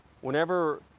whenever